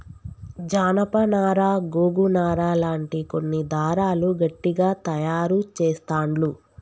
జానప నారా గోగు నారా లాంటి కొన్ని దారాలు గట్టిగ తాయారు చెస్తాండ్లు